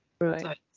Right